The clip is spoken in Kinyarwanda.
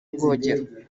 ubwogero